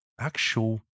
actual